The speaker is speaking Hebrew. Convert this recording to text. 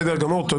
תודה.